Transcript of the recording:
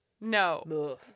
no